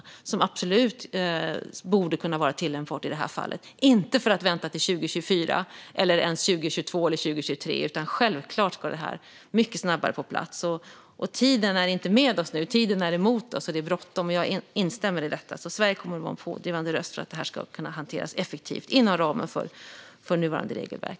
Detta borde absolut kunna vara tillämpbart i det här fallet - inte för att vänta till 2024 eller ens 2022 eller 2023, utan självklart ska detta komma på plats mycket snabbare. Tiden är inte med oss nu, utan den är emot oss. Det är bråttom. Jag instämmer i detta. Sverige kommer att vara en pådrivande röst för att det här ska kunna hanteras effektivt inom ramen för nuvarande regelverk.